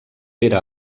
pere